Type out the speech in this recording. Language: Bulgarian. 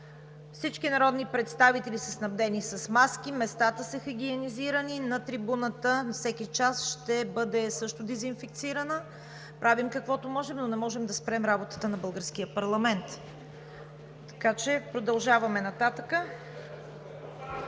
Всички народни представители са снабдени с маски. Местата са хигиенизирани, трибуната на всеки час ще бъде също дезинфекцирана. Правим каквото можем, но не можем да спрем работата на българския парламент, така че продължаваме нататък.